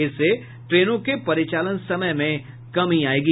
इससे ट्रेनों के परिचालन समय में कमी आयेगी